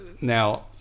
Now